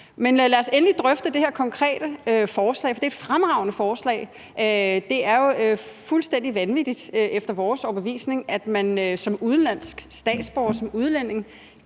lad os endelig drøfte det her konkrete forslag, for det er et fremragende forslag. Det er jo fuldstændig vanvittigt, efter vores overbevisning, at man som udenlandsk statsborger, som udlænding,